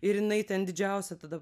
ir jinai ten didžiausią tada